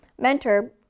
mentor